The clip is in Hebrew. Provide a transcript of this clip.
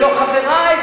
ולא חברי,